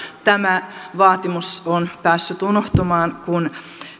tämä vaatimus on päässyt unohtumaan kun